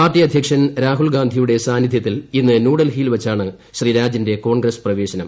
party അധ്യക്ഷൻ രാഹുൽഗാന്ധിയുടെ സാന്നിധ്യത്തിൽ ഇന്ന് ന്യൂഡൽഹിയിൽ വച്ചാണ് ശ്രീ രാജിന്റെ കോൺഗ്രസ് പ്രവേശനം